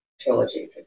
trilogy